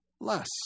less